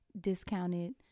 discounted